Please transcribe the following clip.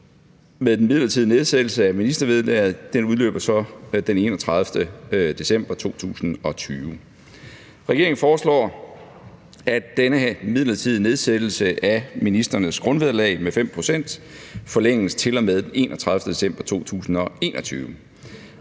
med den midlertidige nedsættelse af ministervederlaget udløber så den 31. december 2020. Regeringen foreslår, at denne midlertidige nedsættelse af ministrenes grundvederlag med 5 pct. forlænges til og med den 31. december 2021.